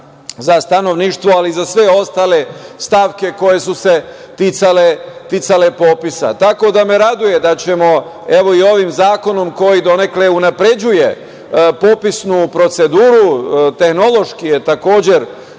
za stanovništvo, ali i za sve ostale stavke koje su se ticale popisa. Tako da, raduje me da ćemo evo i ovim zakonom koji, donekle unapređuje popisnu proceduru, tehnološki je, takođe,